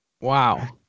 Wow